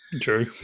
True